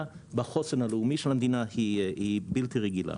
בחוסן הלאומי של המדינה היא בלתי רגילה.